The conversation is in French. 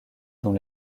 dont